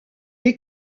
est